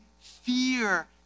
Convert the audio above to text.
fear